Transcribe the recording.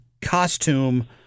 costume